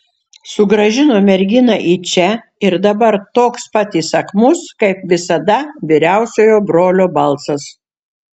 sugrąžino merginą į čia ir dabar toks pat įsakmus kaip visada vyriausiojo brolio balsas